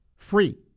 Free